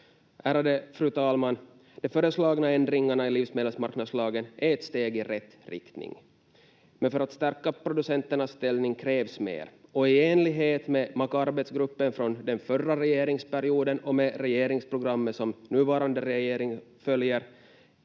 Ärade fru talman! De föreslagna ändringarna i livsmedelsmarknadslagen är ett steg i rätt riktning, men för att stärka producenternas ställning krävs mer, och i enlighet med MAKA-arbetsgruppen från den förra regeringsperioden och med regeringsprogrammet som nuvarande regering följer